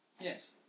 yes